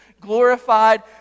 glorified